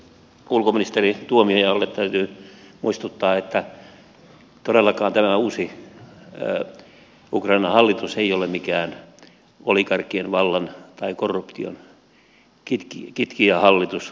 ulkoministeri tuomiojalle täytyy muistuttaa että todellakaan tämä uusi ukrainan hallitus ei ole mikään oligarkkien vallan tai korruption kitkijähallitus